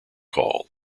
call